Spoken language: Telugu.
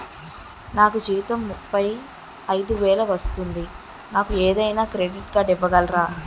నాకు జీతం ముప్పై ఐదు వేలు వస్తుంది నాకు ఏదైనా క్రెడిట్ కార్డ్ ఇవ్వగలరా?